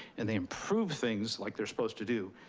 and they improve things like they're supposed to do.